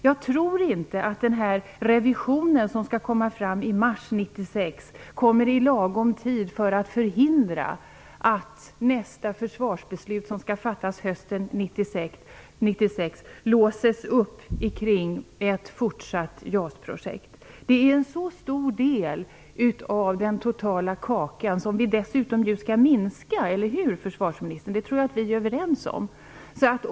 Jag tror inte att den revision som skall komma fram i mars 1996 kommer i lagom tid för att förhindra att nästa försvarsbeslut, som skall fattas hösten 1996, låses upp kring ett fortsatt JAS-projekt. Detta är en så stor del av den totala kakan. Den skall vi ju dessutom minska - eller hur, försvarsministern? Det tror jag att vi är överens om.